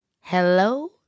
Hello